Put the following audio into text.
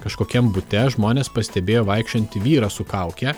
kažkokiam bute žmonės pastebėjo vaikščiojantį vyrą su kauke